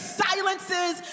silences